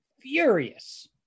furious